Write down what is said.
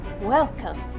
Welcome